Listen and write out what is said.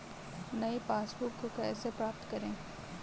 नई पासबुक को कैसे प्राप्त करें?